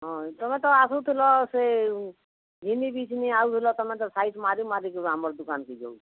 ହଁ ତୁମେ ତ ଆସୁଥିଲ ସେ ଘିନିକି ସିନେ ଆସୁଥିଲ ତୁମେ ତ ସାଇଟ୍ ମାରି ମାରିକି ଆମର୍ ଦୁକାନ୍କେ ଯାଉ